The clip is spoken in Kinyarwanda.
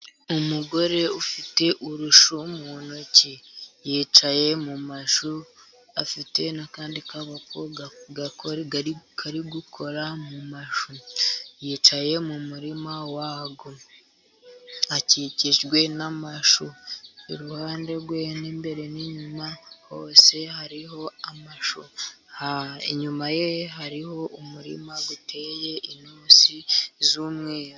Umugore ufite urushu mu ntoki, yicaye mu mashu afite n'akandi kaboko kari gukora mu mashu ,yicaye mu murima wayo akikijwe n'amashu ,iruhande rwe n'imbere n'inyuma hose hariho amashu, inyuma ye hariho umurima uteye intusi z'umweru.